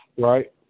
Right